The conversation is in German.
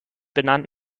benannt